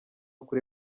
kuri